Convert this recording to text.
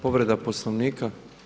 Povreda Poslovnika.